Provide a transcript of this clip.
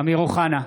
אמיר אוחנה,